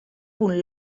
punt